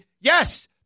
Yes